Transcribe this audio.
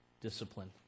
discipline